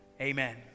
Amen